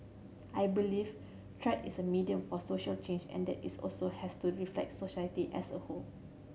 I believe is a medium for social change and that is also has to reflect society as a whole